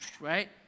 Right